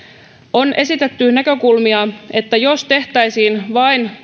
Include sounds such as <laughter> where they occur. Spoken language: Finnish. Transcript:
on esitetty näkökulmia että jos tehtäisiin vain <unintelligible>